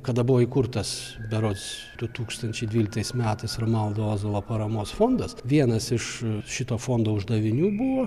kada buvo įkurtas berods du tūkstančiai dvyliktais metais romualdo ozolo paramos fondas vienas iš šito fondo uždavinių buvo